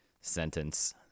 sentence